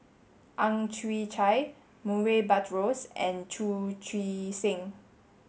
Ang Chwee Chai Murray Buttrose and Chu Chee Seng